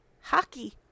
hockey